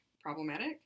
problematic